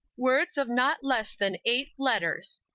words of not less than eight letters.